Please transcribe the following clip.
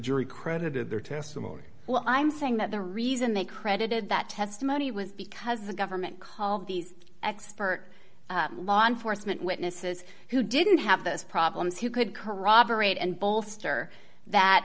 jury credited their testimony well i'm saying that the reason they credited that testimony was because the government called these expert law enforcement witnesses who didn't have those problems who could corroborate and bolster that